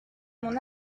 mon